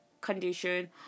condition